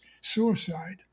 suicide